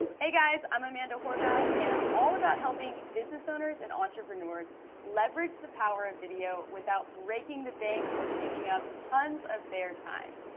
hey guys, i'm amanda horvath, and i'm all about helping business owners and entrepreneurs leverage the power of video without breaking the bank or taking up tons of their time.